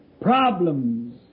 problems